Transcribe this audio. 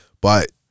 But-